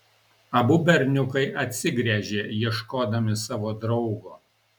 abu berniukai atsigręžė ieškodami savo draugo